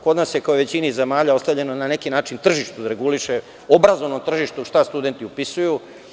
Kod nas je kao i većini zemalja ostavljeno, na neki način, tržištu da reguliše, obrazovnom tržištu šta studenti upisuju.